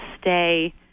stay